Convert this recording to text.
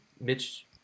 Mitch